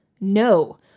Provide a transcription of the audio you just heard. no